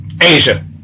Asia